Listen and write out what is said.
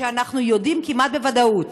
אנחנו יודעים כמעט בוודאות